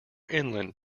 inland